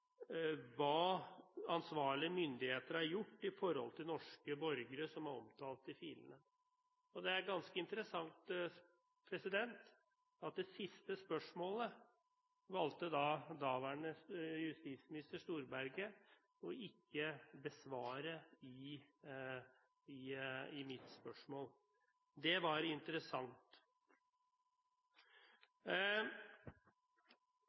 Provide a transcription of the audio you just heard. hva ansvarlige myndigheter har gjort i forhold til norske borgere som er omtalt i filene. Det er ganske interessant at daværende justisminister Knut Storberget valgte ikke å besvare det siste spørsmålet. Det var